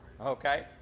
Okay